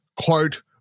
quote